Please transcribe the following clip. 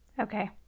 Okay